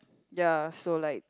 ya so like